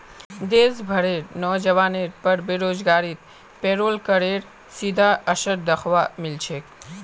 देश भरेर नोजवानेर पर बेरोजगारीत पेरोल करेर सीधा असर दख्वा मिल छेक